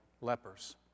lepers